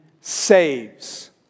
saves